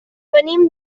venim